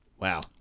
Wow